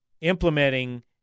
implementing